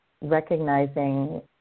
recognizing